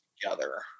together